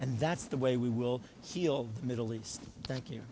and that's the way we will heal the middle east thank you